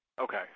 okay